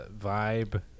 vibe